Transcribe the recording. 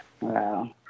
Wow